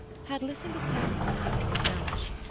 had listened attentively to mrs. mellish.